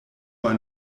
ein